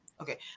Okay